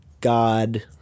God